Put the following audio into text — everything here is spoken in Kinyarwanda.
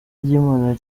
ry’imana